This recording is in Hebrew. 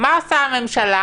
מה עושה הממשלה?